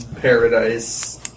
paradise